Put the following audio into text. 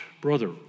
brother